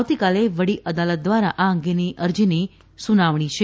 આવતીકાલે વડી અદાલત દ્વારા આ અંગેની અરજીની સુનાવણી છે